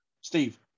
Steve